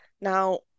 Now